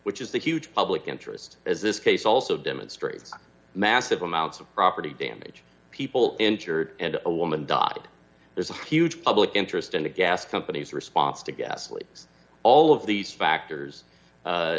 which is the huge public interest as this case also demonstrates massive amounts of property damage people injured and a woman died there's a huge public interest in the gas companies response to ghastly all of these